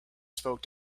spoke